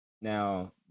Now